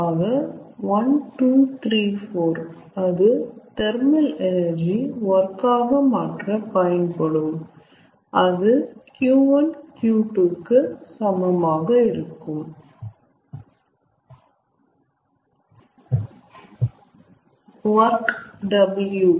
ஆக 1 2 3 4 அது thermal energy work ஆக மாற்ற பயன்படும் அது Q1 Q2 கு சமமாக இருக்கும் ஒர்க் W